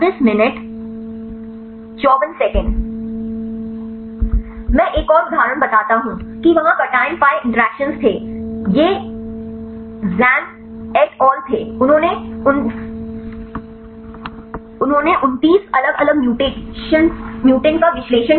मैं एक और उदाहरण बताता हूं कि वहा cation pi interactions थे ये झेन एट अल थे उन्होंने 29 अलग अलग म्यूटेंट का विश्लेषण किया था